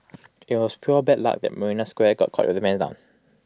IT was pure bad luck marina square got caught with their pants down